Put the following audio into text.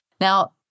Now